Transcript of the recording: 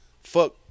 fuck